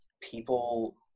people